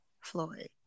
Floyd